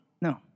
No